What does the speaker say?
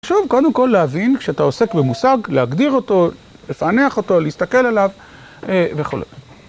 חשוב קודם כל להבין כשאתה עוסק במושג, להגדיר אותו, לפענח אותו, להסתכל עליו וכו'.